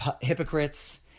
Hypocrites